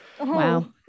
wow